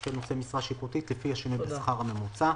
של נושא משרה שיפוטית לפי השינוי בשכר הממוצע.